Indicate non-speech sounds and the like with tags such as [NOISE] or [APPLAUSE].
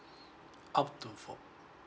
[BREATH] up to four